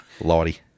Lottie